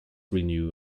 renew